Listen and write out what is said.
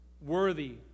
worthy